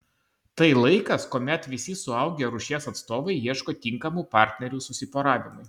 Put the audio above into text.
tai laikas kuomet visi suaugę rūšies atstovai ieško tinkamų partnerių susiporavimui